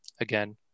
again